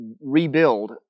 rebuild